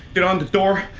get on the door.